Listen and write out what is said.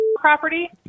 property